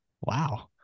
Wow